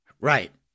Right